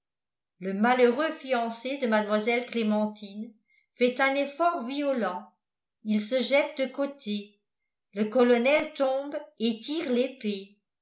le malheureux fiancé de mlle clémentine fait un effort violent il se jette de côté le colonel tombe et tire